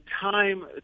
time